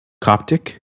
Coptic